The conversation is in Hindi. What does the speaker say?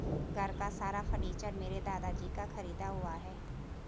घर का सारा फर्नीचर मेरे दादाजी का खरीदा हुआ है